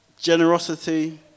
generosity